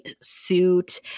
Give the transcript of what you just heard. suit